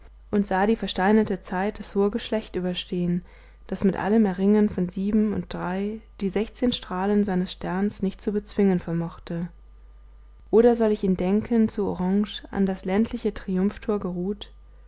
und sah die versteinerte zeit das hohe geschlecht überstehen das mit allem erringen von sieben und drei die sechzehn strahlen seines sterns nicht zu bezwingen vermochte oder soll ich ihn denken zu orange an das ländliche triumphtor geruht